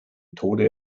tode